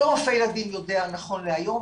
כל רופא ילדים יודע נכון להיום,